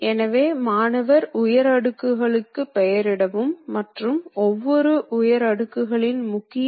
எனவே ஒரு எடுத்துக்காட்டு இந்த செயல் ஒர்க் பீஸின் விட்டத்தை குறைக்க உதவும்